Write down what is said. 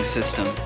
System